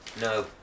no